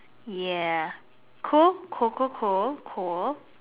ya cool cool cool cool cool